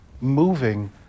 moving